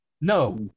No